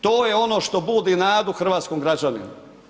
To je ono što budi nadu hrvatskom građaninu.